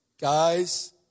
Guys